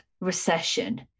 recession